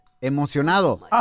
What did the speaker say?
emocionado